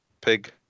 pig